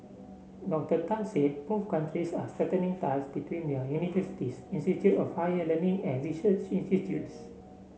Dr Tan said both countries are ties between their universities of higher learning and research institutes